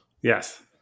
Yes